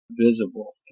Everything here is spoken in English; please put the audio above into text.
visible